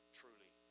truly